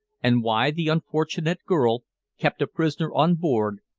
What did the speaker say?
and why the unfortunate girl, kept a prisoner on board,